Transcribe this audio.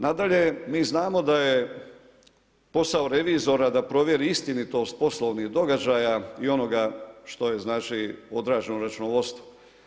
Nadalje, mi znamo da je posao revizora da provjeri istinitost poslovnih događaja i onoga što je odrađeno u računovodstvu.